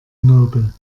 nobel